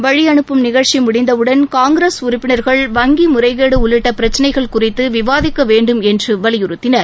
வழிஅனுப்பும் நிகழ்ச்சி முடிந்தவுடன் காங்கிரஸ் உறுப்பினர்கள் வங்கி முறைகேடு உள்ளிட்ட பிரச்சினைகள் குறித்து விவாதிக்க வேண்டும் என்று வலியுறுத்தினர்